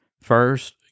First